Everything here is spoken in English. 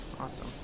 Awesome